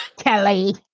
Kelly